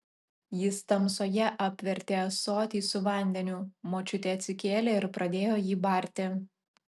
jis tamsoje apvertė ąsotį su vandeniu močiutė atsikėlė ir pradėjo jį barti